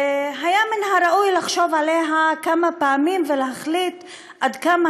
היה מן הראוי לחשוב עליה כמה פעמים ולהחליט עד כמה